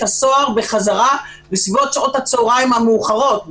הסוהר בחזרה בסביבות שעות הצהריים המאוחרות,